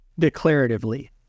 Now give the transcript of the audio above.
declaratively